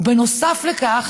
ובנוסף לכך,